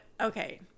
okay